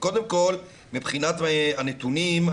קודם כל מבחינת הנתונים,